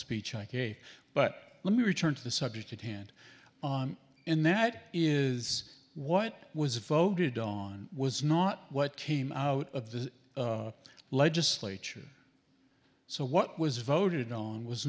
speech i k but let me return to the subject at hand in that is what was voted on was not what came out of the legislature so what was voted on was